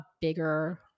bigger